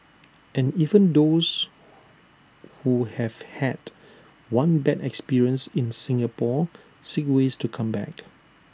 and even those who have had one bad experience in Singapore seek ways to come back